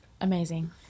Amazing